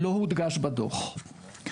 לא הודגש בדוח.